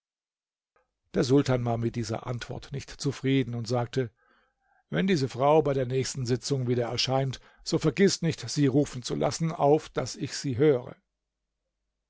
der sultan war mit dieser antwort nicht zufrieden und sagte wenn diese frau bei der nächsten sitzung wieder erscheint so vergiß nicht sie rufen zu lassen auf daß ich sie höre